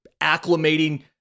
acclimating